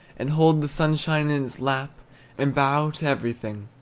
and hold the sunshine in its lap and bow to everything